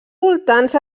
voltants